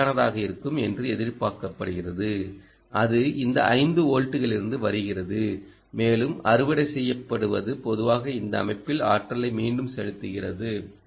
ஓ நிலையானதாக இருக்கும் என்று எதிர்பார்க்கப்படுகிறது அது இந்த 5 வோல்ட்டுகளிலிருந்து வருகிறது மேலும் அறுவடை செய்யப்படுவது மெதுவாக இந்த அமைப்பில் ஆற்றலை மீண்டும் செலுத்துகிறது